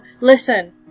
listen